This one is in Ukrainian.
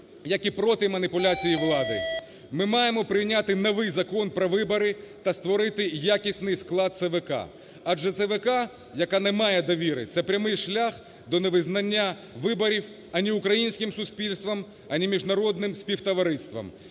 які проти маніпуляції влади, ми маємо прийняти новий Закон про вибори та створити якісний склад ЦВК. Адже ЦВК, яка немає довіри, - це прямий шлях до невизнання виборів ані українським суспільством, ані міжнародним співтовариством.